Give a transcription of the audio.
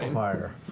fire